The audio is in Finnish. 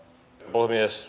movies